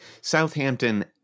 Southampton